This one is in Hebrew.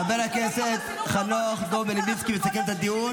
חבר הכנסת חנוך דב מלבציקי מסכם את הדיון.